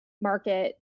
market